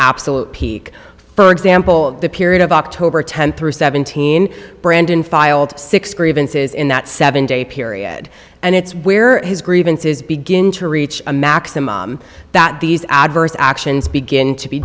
absolute peak for example of the period of october tenth through seventeen brandon filed six grievances in that seven day period and it's where his grievances begin to reach a maximum that these adverse actions begin to be